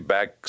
Back